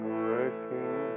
working